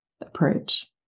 approach